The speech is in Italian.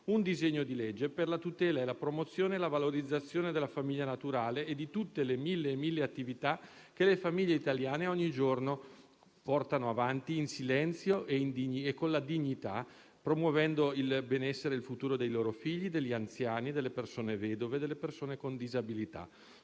un disegno di legge per la tutela, la promozione e la valorizzazione della famiglia naturale e di tutte le mille attività che le famiglie italiane ogni giorno portano avanti in silenzio e con dignità, promuovendo il benessere e il futuro dei loro figli, degli anziani, delle persone vedove e delle persone con disabilità.